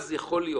אז יכול להיות.